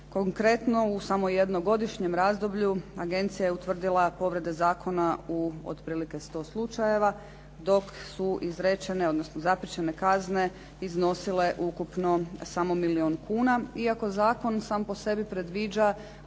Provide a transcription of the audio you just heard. Konkretno, u samo jednogodišnjem razdoblju agencija je utvrdila povrede zakona u otprilike sto slučajeva, dok su izrečene, odnosno zapriječene kazne iznosile ukupno samo milijun kuna, iako zakon sam po sebi predviđa